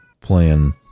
playing